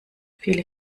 viele